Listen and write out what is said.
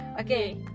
okay